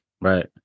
Right